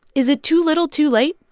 is it too little too late?